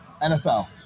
NFL